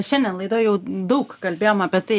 šiandien laidoj jau daug kalbėjom apie tai